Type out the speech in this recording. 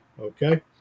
Okay